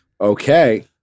Okay